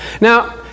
Now